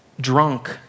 drunk